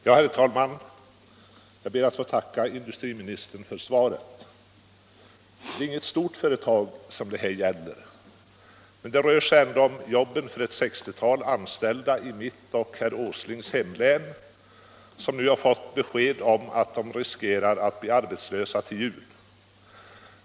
Herr talman! Jag ber att få tacka industriministern för svaret. Det är inget stort företag som det här gäller. Men det rör sig ändå om jobben för ett 60-tal anställda som nu fått besked om att de riskerar att bli arbetslösa till jul.